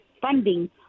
funding